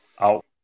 out